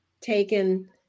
taken